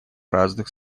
разных